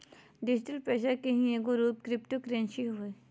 digital पैसा के ही एगो रूप क्रिप्टो करेंसी होवो हइ